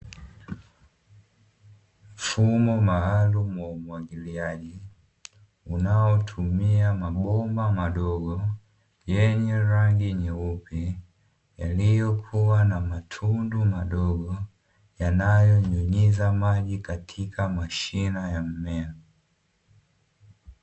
Mfumo maalumu wa umwagiliaji, unaotumia mabomba madogo yenye rangi nyeupe, yalilyo kuwa na matundu madogo yanayonyunyiza maji katika mashina ya mimea.